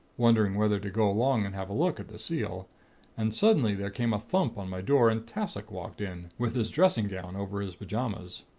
wondering whether to go along and have a look at the seal and suddenly there came a thump on my door, and tassoc walked in, with his dressing gown over his pajamas.